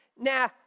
nah